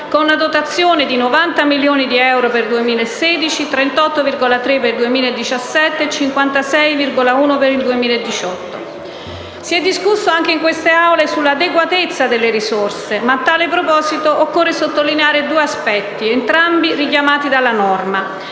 con una dotazione di 90 milioni di euro per il 2016, di 38,3 milioni di euro per il 2017 e di 56,1 milioni di euro per il 2018. Si é discusso anche in queste Aule sull'adeguatezza delle risorse, ma a questo proposito occorre sottolineare due aspetti, entrambi richiamati dalla norma.